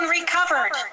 recovered